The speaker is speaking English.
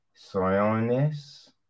Sionis